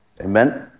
Amen